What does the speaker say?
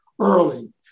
early